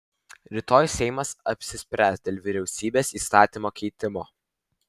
rytoj seimas apsispręs dėl vyriausybės įstatymo keitimo